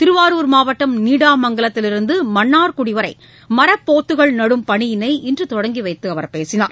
திருவாரூர் மாவட்டம் நீடாமங்கலத்திலிருந்து மன்னார்குடி வரை மரப் போத்துக்கள் நடும் பணியினை இன்று தொடங்கி வைத்து அவர் பேசினார்